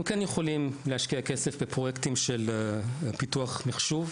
אנחנו כן יכולים להשקיע כסף בפרויקטים של פיתוח מחשוב,